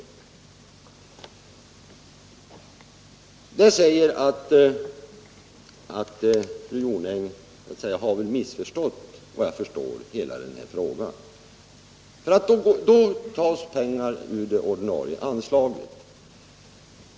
Fru Jonäng har väl missförstått hela den här frågan, efter vad jag förstår, för i detta fall tas pengar ur det ordinarie anslaget.